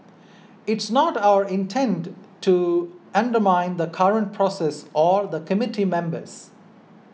it's not our intent to undermine the current process or the committee members